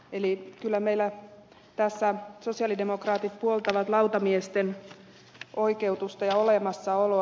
eli kyllä meillä tässä sosialidemokraatit puoltavat lautamiesten oikeutusta ja olemassaoloa